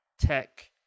tech